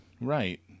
Right